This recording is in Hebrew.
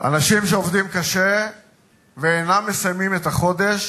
אנשים שעובדים קשה ואינם מסיימים את החודש